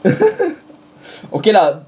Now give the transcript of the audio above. okay lah